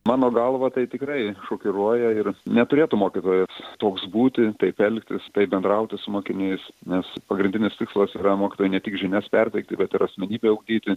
mano galva tai tikrai šokiruoja ir neturėtų mokytojas toks būti taip elgtis taip bendrauti su mokiniais nes pagrindinis tikslas yra mokytojų ne tik žinias perteikti bet ir asmenybę ugdyti